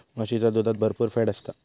म्हशीच्या दुधात भरपुर फॅट असता